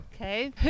Okay